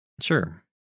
Sure